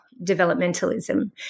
developmentalism